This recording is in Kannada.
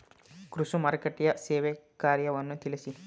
ಕೃಷಿ ಮಾರುಕಟ್ಟೆಯ ಸೇವಾ ಕಾರ್ಯವನ್ನು ತಿಳಿಸಿ?